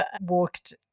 walked